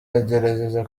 agerageza